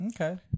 Okay